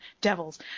Devils